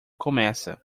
começa